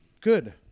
Good